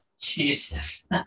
Jesus